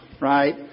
right